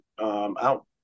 out